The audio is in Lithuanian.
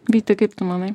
vyti kaip tu manai